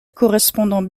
correspondant